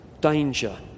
Danger